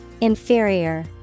Inferior